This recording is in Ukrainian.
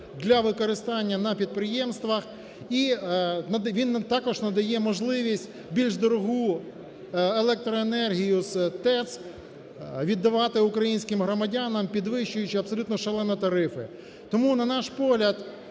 для використання на підприємствах і він також надає можливість більш дорогу електроенергію з ТЕЦ віддавати українським громадянам, підвищуючи абсолютно шалено тарифи. Тому, на наш погляд,